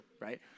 right